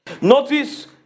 Notice